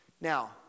Now